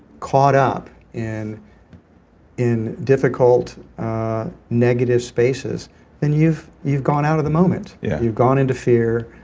caught up in in difficult negative spaces and you've you've gone out of the moment. yeah you've gone into fear.